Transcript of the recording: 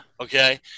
Okay